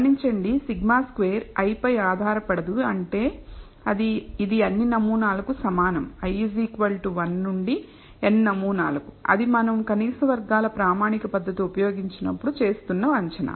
గమనించండి σ2 i పై ఆధారపడదు అంటే ఇది అన్ని నమూనాలకు సమానం i 1 నుండి n నమూనాలు కు అది మనం కనీస వర్గాల ప్రామాణిక పద్ధతి ఉపయోగించినప్పుడు చేస్తున్న అంచనా